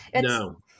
No